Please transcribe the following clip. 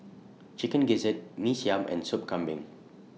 Chicken Gizzard Mee Siam and Sop Kambing